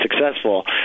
successful